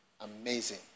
Amazing